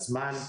למשך הזמן,